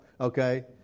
Okay